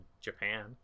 Japan